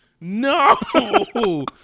No